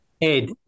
Ed